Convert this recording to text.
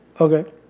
Okay